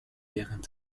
während